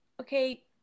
okay